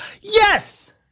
Yes